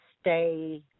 stay